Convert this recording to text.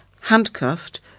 handcuffed